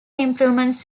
improvements